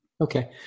Okay